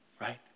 right